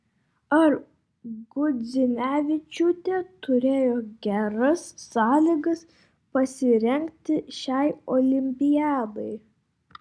ar gudzinevičiūtė turėjo geras sąlygas pasirengti šiai olimpiadai